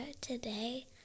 today